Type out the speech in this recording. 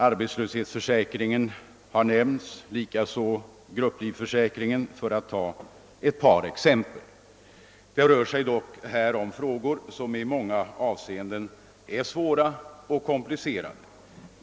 — Arbetslöshetsförsäkringen och grupplivförsäkringen har nämnts, för att ta ett par exempel. Det rör sig dock här om frågor som i många avseenden är svåra och komplicerade.